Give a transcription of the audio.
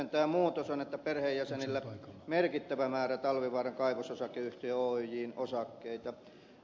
tämä muutos on että perheenjäsenillä on merkittävä määrä talvivaaran kaivososakeyhtiö oyjn osakkeita